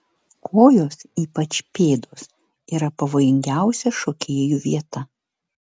kojos ypač pėdos yra pavojingiausia šokėjų vieta